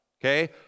okay